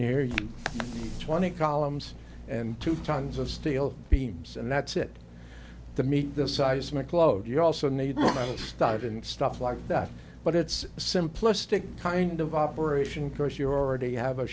near you twenty columns and two tons of steel beams and that's it to meet the seismic load you also need to start and stuff like that but it's simplest kind of operation curse you already have a